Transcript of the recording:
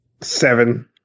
Seven